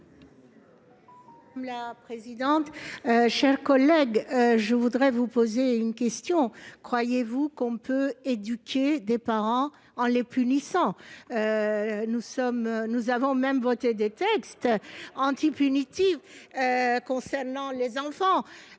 de vote. Chers collègues, je souhaite vous poser une question : croyez-vous qu'on peut éduquer des parents en les punissant ? Oui ! Nous avons pourtant voté des textes anti-punitifs concernant les enfants.